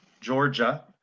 Georgia